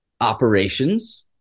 operations